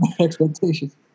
Expectations